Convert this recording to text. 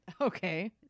Okay